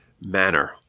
manner